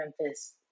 Memphis